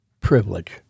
privilege